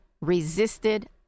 resisted